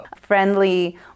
friendly